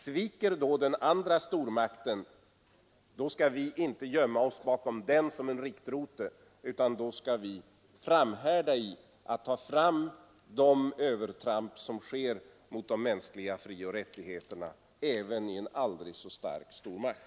Sviker då den andra stormakten, skall vi inte gömma oss bakom den som en riktrote, utan då skall vi framhärda i att ta fram de övertramp som sker mot de mänskliga frioch rättigheterna även i en aldrig så stark stormakt.